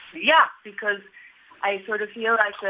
yeah, because i sort of feel like,